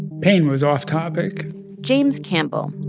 pain was off-topic james campbell,